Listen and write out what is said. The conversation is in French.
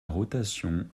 rotation